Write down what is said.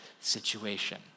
situation